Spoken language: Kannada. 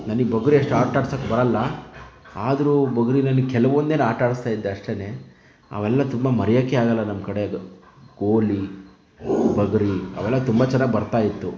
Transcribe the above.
ನನಗೆ ಬುಗುರಿ ಅಷ್ಟು ಆಟ ಆಡ್ಸೋಕ್ಕೆ ಬರಲ್ಲ ಆದರೂ ಬುಗುರಿ ನನಗೆ ಕೆಲವೊಂದಿನ ಆಟ ಆಟಾಡಿಸ್ತಿದ್ದೆ ಅಷ್ಟೇನೇ ಅವೆಲ್ಲ ತುಂಬ ಮರೆಯೋಕ್ಕೆ ಆಗಲ್ಲ ನಮ್ಮ ಕಡೆ ಅದು ಗೋಲಿ ಬುಗುರಿ ಅವೆಲ್ಲ ತುಂಬ ಚೆನ್ನಾಗಿ ಬರ್ತಾ ಇತ್ತು